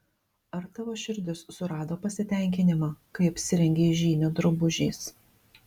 ar tavo širdis surado pasitenkinimą kai apsirengei žynio drabužiais